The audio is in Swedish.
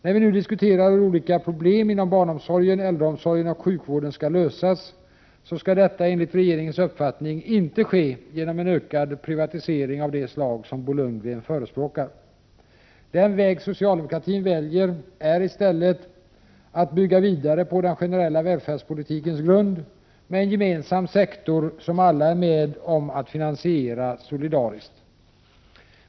När vi nu diskuterar hur olika problem inom barnomsorgen, äldreomsorgen och sjukvården skall lösas, skall detta enligt regeringens uppfattning inte ske genom en ökad privatisering av det slag som Bo Lundgren förespråkar. Den väg socialdemokratin väljer är i stället att bygga vidare på den generella välfärdspolitikens grund med en gemensam sektor som alla är med om att finansiera solidariskt.